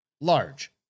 large